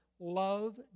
love